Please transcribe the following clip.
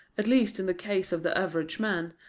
at least in the case of the average man,